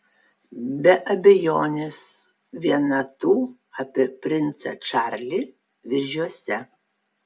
be abejonės viena tų apie princą čarlį viržiuose